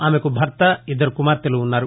ఆమెకు భర్త ఇద్దరుకుమార్తెలు వున్నారు